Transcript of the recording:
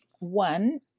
One